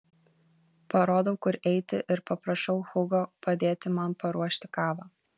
parodau kur eiti ir paprašau hugo padėti man paruošti kavą